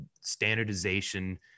standardization